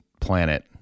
planet